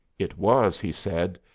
it was, he said,